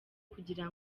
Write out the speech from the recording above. kugira